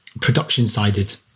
production-sided